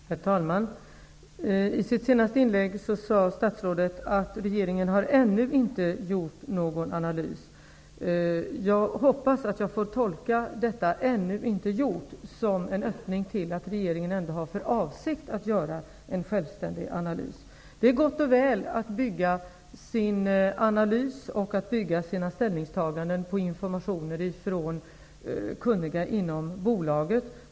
Herr talman! I sitt senaste inlägg sade statsrådet att regeringen ännu inte har gjort någon analys. Jag hoppas att jag får tolka orden ''ännu inte har gjort'' som en öppning för att regeringen ändå har för avsikt att göra en självständig analys. Det är gott och väl att bygga sin analys och sina ställningstaganden på informationer från kunniga personer inom bolaget.